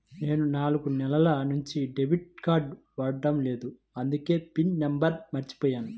నేను నాలుగు నెలల నుంచి డెబిట్ కార్డ్ వాడలేదు అందుకే పిన్ నంబర్ను మర్చిపోయాను